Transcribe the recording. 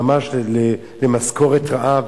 ממש למשכורת רעב.